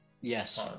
Yes